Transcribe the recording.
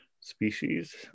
species